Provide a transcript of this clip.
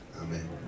Amen